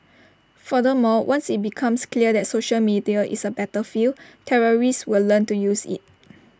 furthermore once IT becomes clear that social media is A battlefield terrorists will learn to use IT